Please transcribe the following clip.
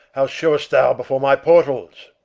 how show'st thou before my portals?